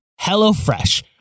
HelloFresh